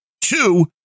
two